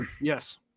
Yes